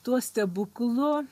tuo stebuklu